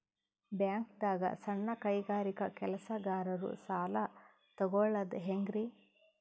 ಬ್ಯಾಂಕ್ದಾಗ ಸಣ್ಣ ಕೈಗಾರಿಕಾ ಕೆಲಸಗಾರರು ಸಾಲ ತಗೊಳದ್ ಹೇಂಗ್ರಿ?